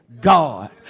God